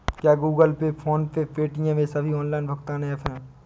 क्या Google Pay PhonePe Paytm ये सभी ऑनलाइन भुगतान ऐप हैं?